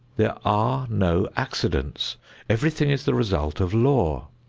there are no accidents everything is the result of law.